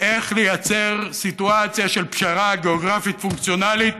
איך לייצר סיטואציה של פשרה גיאוגרפית פונקציונלית,